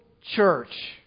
church